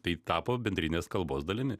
tai tapo bendrinės kalbos dalimi